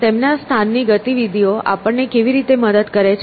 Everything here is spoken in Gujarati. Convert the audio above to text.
તેમના સ્થાનની ગતિવિધિઓ આપણને કેવી રીતે મદદ કરે છે